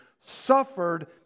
Suffered